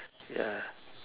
ya